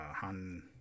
Han